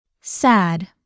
Sad